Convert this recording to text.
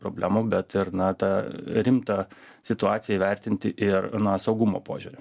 problemų bet ir na ta rimtą situaciją įvertinti ir na saugumo požiūriu